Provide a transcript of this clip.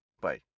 Bye